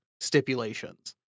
stipulations